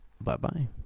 Bye-bye